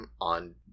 on